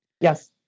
Yes